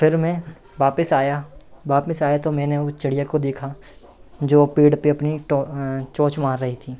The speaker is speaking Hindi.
फिर मैं वापस आया वापस आया तो मैंने वह चिड़िया को देखा जो पेड़ पर अपनी टो चोंच मार रही थी